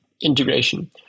integration